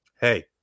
hey